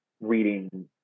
reading